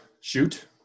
shoot